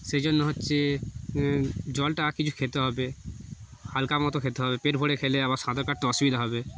সেই জন্য হচ্ছে জলটা কিছু খেতে হবে হালকা মতো খেতে হবে পেট ভরে খেলে আবার সাঁতার কাটতে অসুবিধা হবে